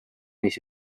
mis